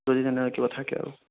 যদি তেনেকে কিবা থাকে আৰু